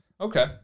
Okay